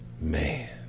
Man